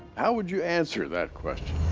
how would you answer that question?